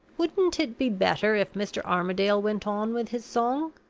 wouldn't it be better if mr. armadale went on with his song?